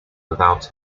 without